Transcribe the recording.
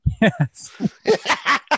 Yes